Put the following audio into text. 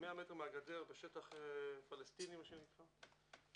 100 מטר מהגדר בשטח פלסטיני, מה שנקרא.